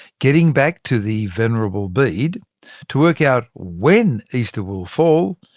getting back to the venerable bede to work out when easter will fall,